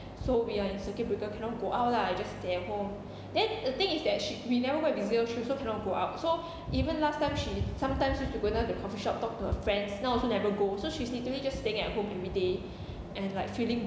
so we are in circuit breaker cannot go out lah just stay at home then the thing is that she we never go and visit her she also cannot go out so even last time she sometimes she go down the coffee shop talk to her friends now also never go so she's literally just staying at home everyday and like feeling